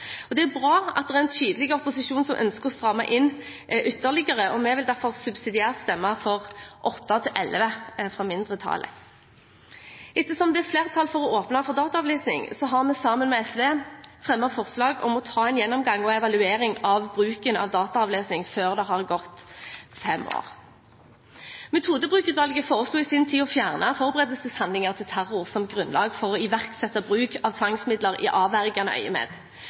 listen. Det er bra at det er en tydelig opposisjon som ønsker å stramme inn ytterligere, og vi vil derfor subsidiært stemme for forslagene nr. 8–11, fra mindretallet. Ettersom det er flertall for å åpne for dataavlesning, har vi sammen med SV fremmet forslag om å ta en gjennomgang og evaluering av bruken av dataavlesning før det har gått fem år. Metodekontrollutvalget foreslo i sin tid å fjerne forberedelseshandlinger til terror som grunnlag for å iverksette bruk av tvangsmidler i avvergende øyemed.